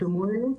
אתם רואים?